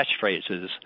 catchphrases